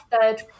third